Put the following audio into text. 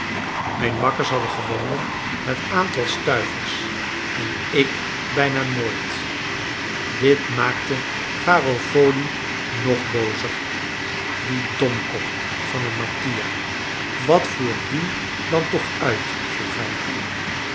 mijn makkers hadden gewoonlijk het aantal stuivers en ik bijna nooit dit maakte garofoli nog boozer die domkop van een mattia wat voert die dan toch uit vroeg hij